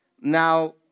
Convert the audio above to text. Now